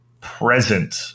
present